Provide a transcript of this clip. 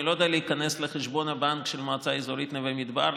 אני לא יודע להיכנס לחשבון הבנק של המועצה האזורית נווה מדבר,